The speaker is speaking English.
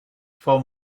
for